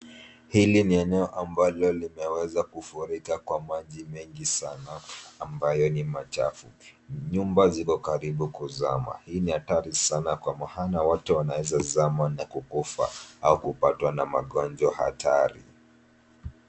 Hili ni eneo ambalo limeweza kufurika kwa maji mengi sana ambayo ni machafu. Nyumba ziko karibu kuzama. Hii ni hatari sana kwa maana watu wanaweza kuzama na kukufa au kupatwa na ugonjwa hatari.